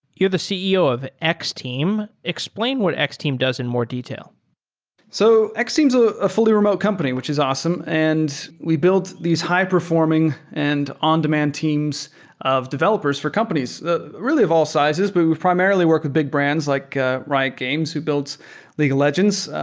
you're the ceo of x-team. explain what x-team does in more detail so x-team is ah a fully remote company, which is awesome. and we built these high performing and on-demand teams of developers for companies, really, of all sizes, but we primarily work with big brands like ah riot games who builds league of legends,